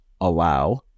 allow